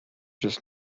just